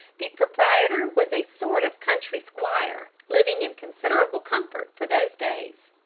the proprietor was a sort of country squire, living in considerable comfort for those days.